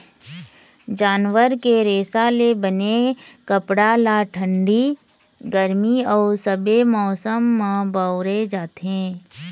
जानवर के रेसा ले बने कपड़ा ल ठंडी, गरमी अउ सबे मउसम म बउरे जाथे